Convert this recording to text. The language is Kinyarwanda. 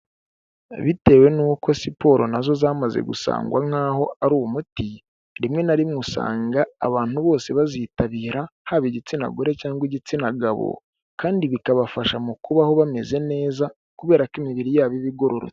Bitewe nuko siporo nazo zamaze gusangwa nk'aho ari umuti, rimwe na rimwe usanga abantu bose bazitabira, haba igitsina gore cyangwa igitsina gabo, kandi bikabafasha mu kubaho bameze neza kubera ko imibiri yabo iba igororotse.